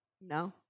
No